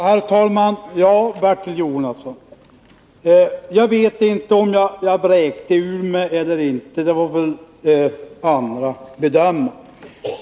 Herr talman! Jag vet inte om jag vräkte ur mig eller inte, Bertil Jonasson. Det får väl andra bedöma.